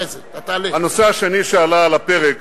הנושא השני שעלה על הפרק